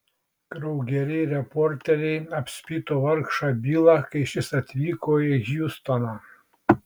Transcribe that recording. kraugeriai reporteriai apspito vargšą bilą kai šis atvyko į hjustoną